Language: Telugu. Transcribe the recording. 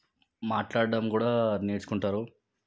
మాట్లాడడం కూడా నేర్చుకుంటారు